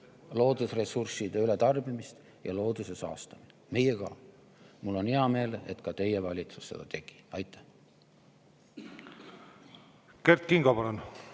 loodusressursside ületarbimist ja looduse saastamist. Ka meie. Mul on hea meel, et ka teie valitsus seda tegi. Kert Kingo, palun!